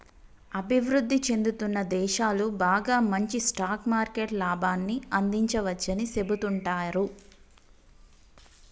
అభివృద్ధి చెందుతున్న దేశాలు బాగా మంచి స్టాక్ మార్కెట్ లాభాన్ని అందించవచ్చని సెబుతుంటారు